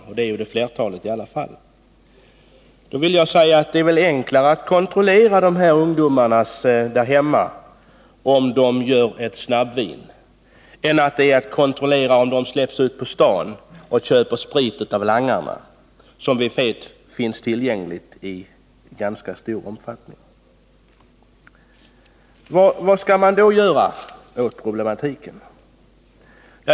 Och det är väl enklare att kontrollera ungdomarna om de gör ett snabbvin där hemma än det är att kontrollera dem om de släpps ut på stan och köper sprit av langarna, som vi vet finns tillgängliga i ganska stor omfattning. Vad skall man då göra åt problematiken?